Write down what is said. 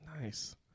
Nice